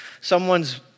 someone's